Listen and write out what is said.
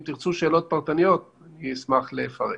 אם תרצו שאלות פרטניות, אני אשמח לפרט.